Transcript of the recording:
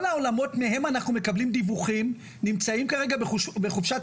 כל העולמות מהם אנחנו מקבלים דיווחים נמצאים כרגע בחופשת